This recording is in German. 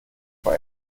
vor